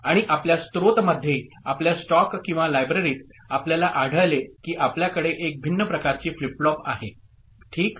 आणि आपल्या स्त्रोत मध्ये आपल्या स्टॉक किंवा लायब्ररीत आपल्याला आढळले की आपल्याकडे एक भिन्न प्रकारची फ्लिप फ्लॉप आहे ठीक